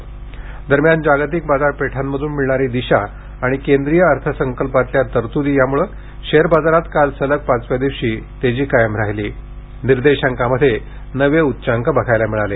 share बाजार दरम्यान जागतिक बाजारपेठांमधून मिळणारी दिशा आणि केंद्रीय अर्थसंकल्पातल्या तरत्दी यामुळे शेअर बाजारात काल सलग पाचव्या दिवशी तेजी कायम राहिली असून निर्देशांकांमध्ये नवे उच्चांक बघायला मिळाले